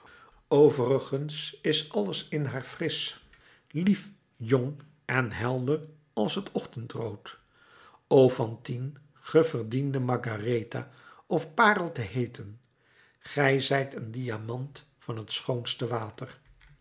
overigens is alles in haar frisch lief jong en helder als het ochtendrood o fantine ge verdiendet margaretha of parel te heeten gij zijt een diamant van t schoonste water